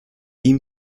ihm